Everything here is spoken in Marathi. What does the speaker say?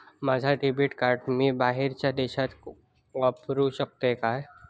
माझा डेबिट कार्ड मी बाहेरच्या देशात वापरू शकतय काय?